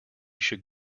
should